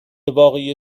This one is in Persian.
واقعی